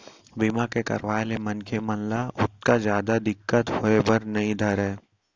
बीमा के करवाय ले मनखे मन ल ओतका जादा दिक्कत होय बर नइ धरय